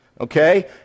Okay